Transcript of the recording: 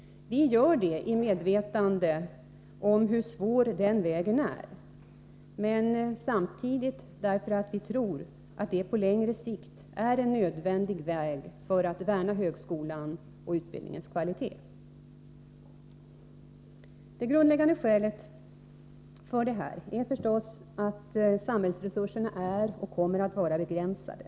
Vi gör det i medvetande om hur svår den vägen är, men samtidigt gör vi det därför att vi tror att detta på längre sikt är en nödvändig väg för att värna om högskolans och utbildningens kvalitet. Det grundläggande skälet för denna nedskärning är givetvis att samhällsresurserna är och kommer att vara begränsade.